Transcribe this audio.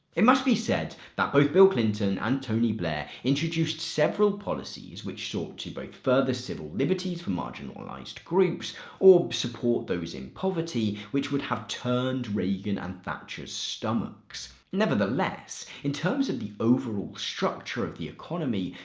it must be said that both bill clinton and tony blair introduced several policies which sought to both further civil liberties for marginalized groups or support those in poverty which would have turned reagan and thatcher's stomachs. nevertheless, in terms of the overall structure of the economy,